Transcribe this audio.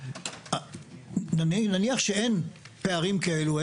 נניח שאין פערים כאלו,